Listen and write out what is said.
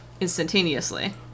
instantaneously